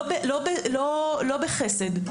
לא בחסד.